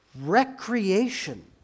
recreation